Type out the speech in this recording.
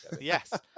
Yes